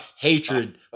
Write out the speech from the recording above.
hatred